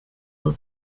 will